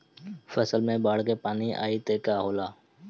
फसल मे बाढ़ के पानी आई त का होला?